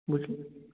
বুঝলে